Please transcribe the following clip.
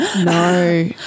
no